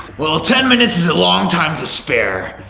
well ten minutes is a long time to spare.